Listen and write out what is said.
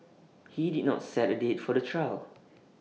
he did not set A date for the trial